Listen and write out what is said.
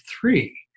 three